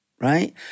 right